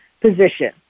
position